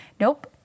Nope